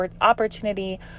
opportunity